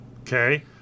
Okay